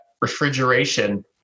refrigeration